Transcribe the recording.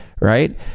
Right